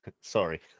sorry